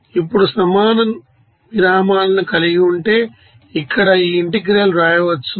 ఇప్పుడు సమాన విరామాలను కలిగి ఉంటే ఇక్కడ ఈ ఇంటెగ్రల్ వ్రాయవచ్చు